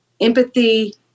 empathy